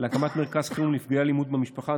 להקמת מרכז חירום לנפגעי אלימות במשפחה.